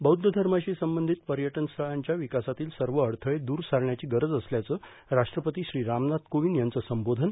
बौद्ध धर्माशी संबंधित पर्यटन स्थळांच्या विकासातील सर्व अडथळे दूर सारण्याची गर असल्याचं राष्ट्रपती श्री रामनाथ कोविंद यांचं संबोधन